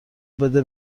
بده